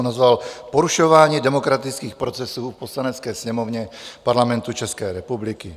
Nazval jsem ho Porušování demokratických procesů v Poslanecké sněmovně Parlamentu České republiky.